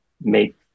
make